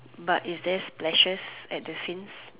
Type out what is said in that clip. but is there splashes at the scene